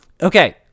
Okay